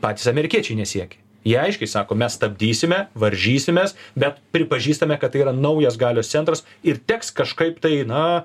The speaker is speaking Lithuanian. patys amerikiečiai nesiekė jie aiškiai sako mes stabdysime varžysimės bet pripažįstame kad tai yra naujas galios centras ir teks kažkaip tai na